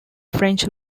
french